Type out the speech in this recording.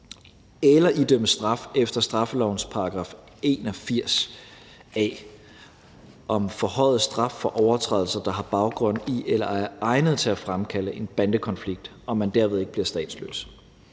eller idømmes straf efter straffelovens § 81 a om forhøjet straf for overtrædelser, der har baggrund i eller er egnet til at fremkalde en bandekonflikt, og man derved ikke bliver statsløs.